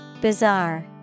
Bizarre